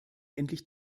endlich